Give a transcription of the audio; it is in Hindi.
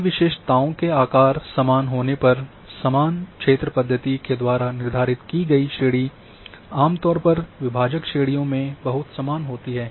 सभी विशेषताओं के आकार समान होने पर समान क्षेत्र पद्धति के द्वारा निर्धारित की गयी श्रेणी आम तौर पर विभाजक श्रेणियों के बहुत समान होते हैं